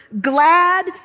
glad